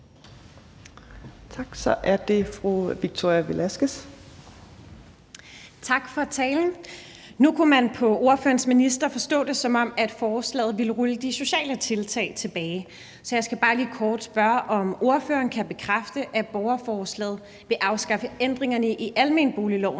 Kl. 17:59 Victoria Velasquez (EL): Tak for talen. Nu kunne man på ordførerens minister forstå det, som om forslaget ville rulle de sociale tiltag tilbage. Så jeg skal bare lige kort spørge, om ordføreren kan bekræfte, at borgerforslaget vil afskaffe ændringerne i almenboligloven